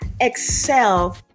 excel